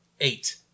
eight